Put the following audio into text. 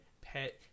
pet